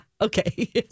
Okay